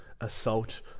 assault